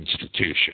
institution